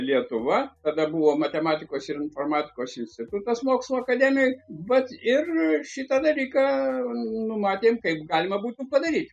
lietuva tada buvo matematikos ir informatikos institutas mokslo akademijoj vat ir šitą dalyką numatėm kaip galima būtų padaryt